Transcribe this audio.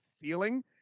feeling